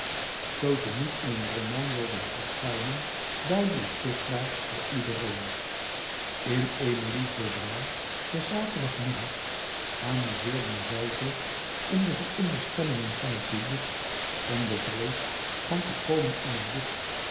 zoo ze niet in een roman wilden verschijnen duidelijk zichtbaar voor iedereen in emilie's boudoir des zaterdagmiddags amuzeerden zij zich om de veronderstellingen van het publiek om de vrees van te komen in een boek